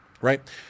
Right